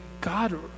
God